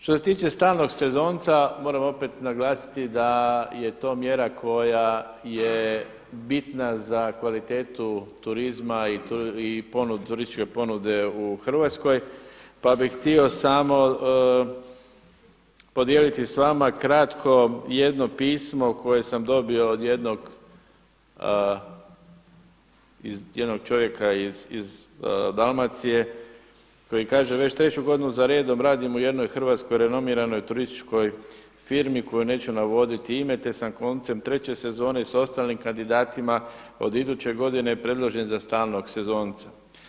Što se tiče stalnog sezonca, moram opet naglasiti da je to mjera koja je bitna za kvalitetu turizma i turističke ponude u Hrvatskoj, pa bih htio samo podijeliti s vama kratko jedno pismo koje sam dobio od jednog čovjeka iz Dalmacije koji kaže: „Već treću godinu za redom radim u jednoj hrvatskoj renomiranoj turističkoj firmi koju neću navoditi ime te sam koncem treće sezone s ostalim kandidatima od iduće godine predložen za stalnog sezonca.